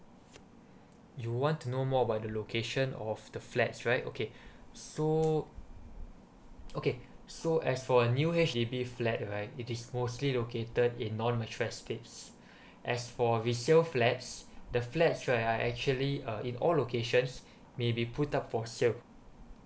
you want to know more about the location of the flats right okay so okay so as for a new H_D_B flat right it is mostly located in non mature estate as for resale flats the flats right are actually uh in all locations maybe put up for sale